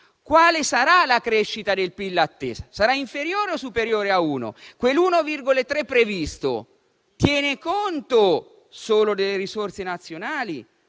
quale sarà la crescita del PIL attesa? Sarà inferiore o superiore a 1? Quell'1,3 previsto tiene conto solo delle risorse nazionali